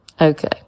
Okay